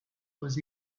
was